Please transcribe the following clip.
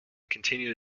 continued